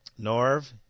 Norv